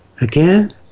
again